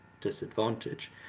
disadvantage